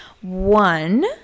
One